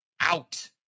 out